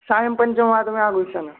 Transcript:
सायं पञ्चवादने आगमिष्याम्यहं